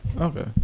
okay